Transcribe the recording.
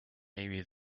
maybe